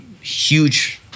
huge